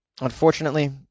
unfortunately